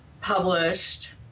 published